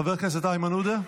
חבר הכנסת איימן עודה,